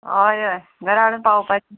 हय हय घरा हाडून पावोवपाचें